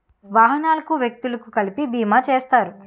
వాహనాలకు వ్యక్తులకు కలిపి బీమా చేస్తారు